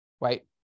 right